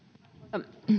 arvoisa